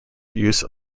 use